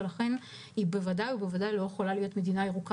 ולכן היא בוודאי ובוודאי לא יכולה להיות מדינה ירוקה.